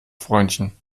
freundchen